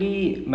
okay